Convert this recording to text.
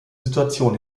situation